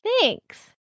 Thanks